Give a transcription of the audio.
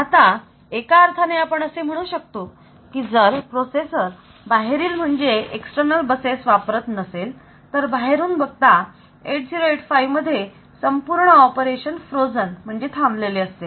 आता एका अर्थाने आपण असे म्हणू शकतो की जर प्रोसेसर बाहेरील बसेस वापरत नसेल तर बाहेरून बघता 8085 मध्ये संपूर्ण ऑपरेशन फ्रोजन म्हणजे थांबलेले असते